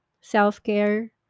self-care